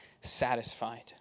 satisfied